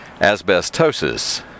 asbestosis